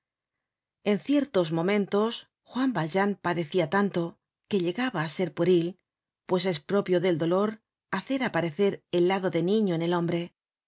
en ciertos momentos juan valjean padecia tanto que llegaba á ser pueril pues es propio del dolor hacer aparecer el lado de niño en el hombre